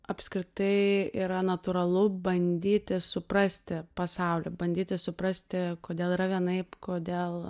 apskritai yra natūralu bandyti suprasti pasaulį bandyti suprasti kodėl yra vienaip kodėl